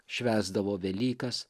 švęsdavo velykas